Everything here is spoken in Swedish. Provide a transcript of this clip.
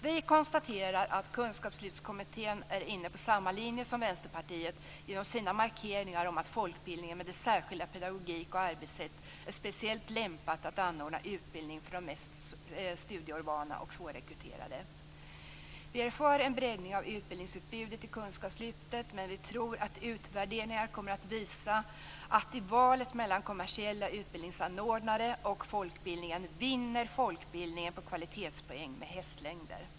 Vi konstaterar att Kunskapslyftskommittén är inne på samma linje som Vänsterpartiet. Man gör sina markeringar om att folkbildningen med dess särskilda pedagogik och arbetssätt är speciellt lämpad att anordna utbildning för de mest studieovana och svårrekryterade. Vi är för en breddning av utbildningsutbudet i kunskapslyftet, men vi tror att utvärderingar kommer att visa att i valet mellan kommersiella utbildningsanordnare och folkbildningen vinner folkbildningen på kvalitetspoäng med hästlängder.